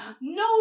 no